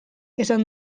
esan